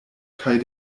kaj